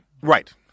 right